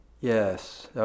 Yes